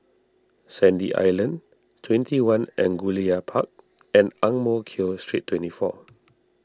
Sandy Island twenty one Angullia Park and Ang Mo Kio Street twenty four